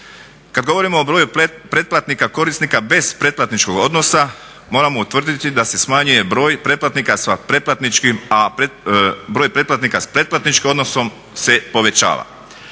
Kad govorimo o broju pretplatnika korisnika bez pretplatničkog odnosa moramo utvrditi da se smanjuje broj pretplatnika sa pretplatničkim, a broj pretplatnika s pretplatničkim odnosom se povećava.